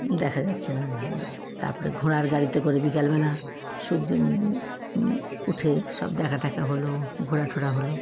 দেখা যাচ্ছে না তারপরে ঘোড়ার গাড়িতে করে বিকালবেলা সূর্য উঠে সব দেখা টেখা হল ঘোরা টোরা হল